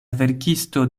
verkisto